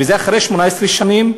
וזה אחרי 18 שנים,